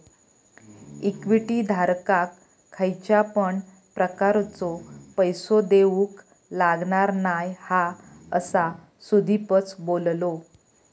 equity धारकाक खयच्या पण प्रकारचो पैसो देऊक लागणार नाय हा, असा सुदीपच बोललो